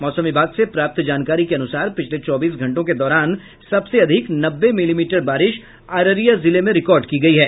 मौसम विभाग से प्राप्त जानकारी के अनुसार पिछले चौबीस घंटों के दौरान सबसे अधिक नब्बे मिलीमीटर बारिश अररिया जिले में रिकॉर्ड की गयी है